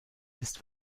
ist